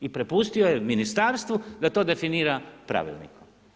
I prepustio je ministarstvu da to definira pravilnikom.